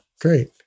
great